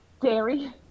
dairy